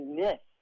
miss